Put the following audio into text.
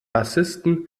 bassisten